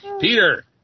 Peter